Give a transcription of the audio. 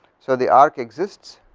so, the arc exists